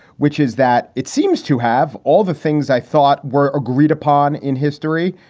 which is that it seems to have all the things i thought were agreed upon in history,